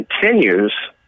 continues